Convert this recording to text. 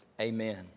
Amen